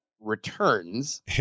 Returns